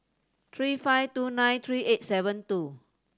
three five two nine three eight seven two